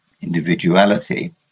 individuality